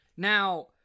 Now